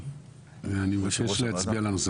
אני מציע שנצביע על הנושא,